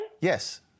Yes